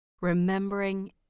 remembering